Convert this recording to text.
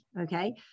okay